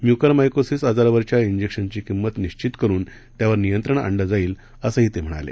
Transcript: mucormycosis आजारावरच्या इंजेक्शनधी किमत निश्वित करून त्यावर नियंत्रण आणलं जाईल असंही ते म्हणाले